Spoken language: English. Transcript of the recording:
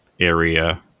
area